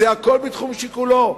הכול בתחום שיקולו.